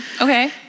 Okay